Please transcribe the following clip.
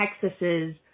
Texas's